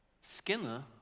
Skinner